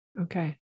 Okay